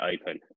open